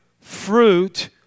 fruit